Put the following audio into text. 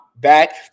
back